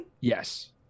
Yes